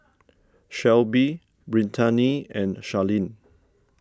Shelbi Brittaney and Charleen